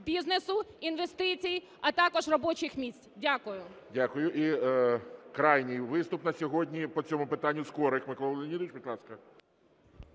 бізнесу, інвестицій, а також робочих місць. Дякую. ГОЛОВУЮЧИЙ. Дякую. І крайній виступ на сьогодні по цьому питанню. Скорик Микола Леонідович, будь ласка.